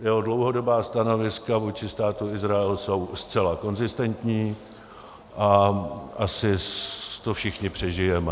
Jeho dlouhodobá stanoviska vůči Státu Izrael jsou zcela konzistentní a asi to všichni přežijeme.